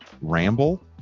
ramble